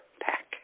pack